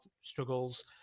struggles